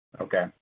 Okay